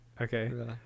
okay